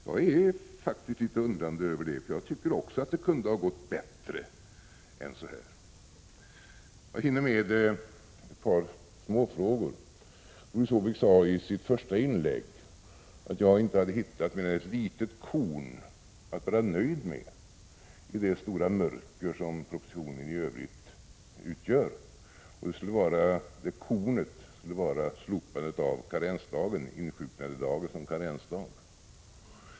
Jag är faktiskt litet undrande över det. Jag tycker också att det kunde ha gått bättre än så här. Jag hinner med ett par småfrågor. Doris Håvik sade i sitt första inlägg att jag inte hade hittat mer än ett litet korn att vara nöjd med i det stora mörker som propositionen i övrigt utgör. Det kornet skulle vara slopandet av insjuknandedagen som karensdag.